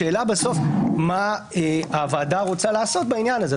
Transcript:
השאלה בסוף היא מה הוועדה רוצה לעשות בעניין הזה.